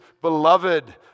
beloved